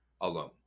alone